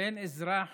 ואין אזרח